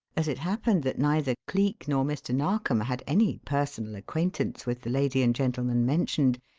as it happened that neither cleek nor mr. narkom had any personal acquaintance with the lady and gentleman mentioned,